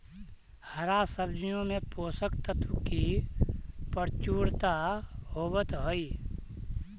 हरा सब्जियों में पोषक तत्व की प्रचुरता होवत हई